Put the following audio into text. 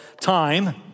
time